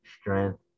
strength